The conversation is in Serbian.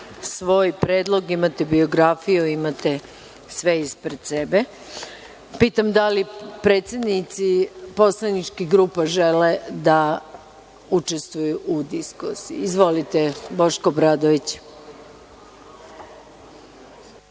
svoj predlog. Imate biografiju, imate sve ispred sebe. Pitam – da li predsednici poslaničkih grupa žele da učestvuju u diskusiji? Izvolite, Boško Obradović.